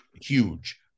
huge